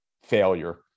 failure